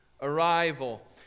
arrival